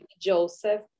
Joseph